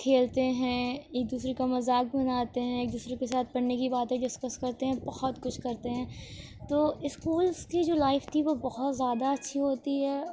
کھیلتے ہیں ایک دوسرے کا مذاق بناتے ہیں ایک دوسرے کے ساتھ پڑھنے کی باتیں ڈسکس کرتے ہیں بہت کچھ کرتے ہیں تو اسکولس کی جو لائف تھی وہ بہت زیادہ اچھی ہوتی ہے